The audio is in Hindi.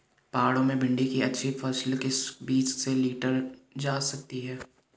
पहाड़ों में भिन्डी की अच्छी फसल किस बीज से लीटर जा सकती है?